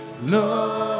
Lord